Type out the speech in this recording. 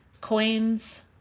coins